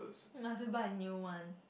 might as well buy a new one